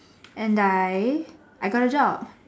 and I I got a job